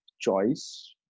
choice